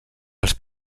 als